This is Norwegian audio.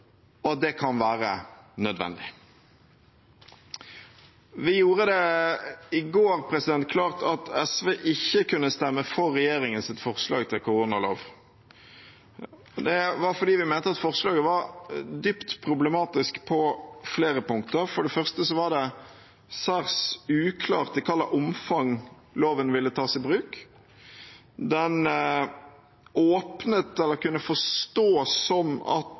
og at det kan være nødvendig. Vi gjorde det i går klart at SV ikke kunne stemme for regjeringens forslag til koronalov. Det var fordi vi mente at forslaget var dypt problematisk på flere punkter. For det første var det særs uklart i hvilket omfang loven ville tas i bruk. Den åpnet for eller kunne forstås som at